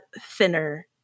thinner